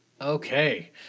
okay